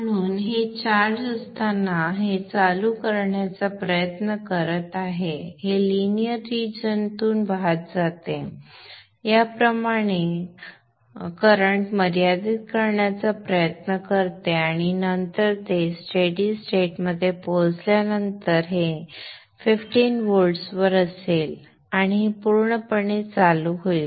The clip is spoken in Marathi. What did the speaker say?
म्हणून हे चार्ज होत असताना हे चालू करण्याचा प्रयत्न करत आहे हे लिनियर रिजन तून जाते आणि याद्वारे करंट मर्यादित करण्याचा प्रयत्न करते आणि नंतर ते स्थिर स्थितीत पोहोचल्यानंतर हे 15 व्होल्ट्सवर असेल आणि हे पूर्णपणे चालू होईल